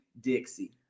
Dixie